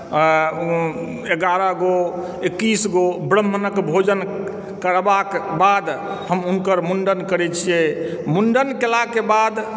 एगारह गो एकैस गो ब्राह्मणक भोजन करबाक बाद हम हुनकर मुण्डन करैत छियै मुण्डन केलाके बाद